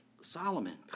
Solomon